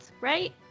right